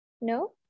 No